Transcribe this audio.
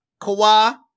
Kawhi